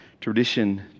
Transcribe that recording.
tradition